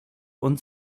und